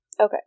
Okay